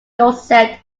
dorset